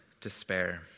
despair